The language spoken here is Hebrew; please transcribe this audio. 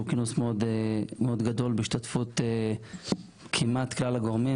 כינוס מאוד גדול בהשתתפות כמעט כלל הגורמים,